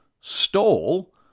stole